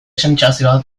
sentsazioa